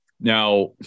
Now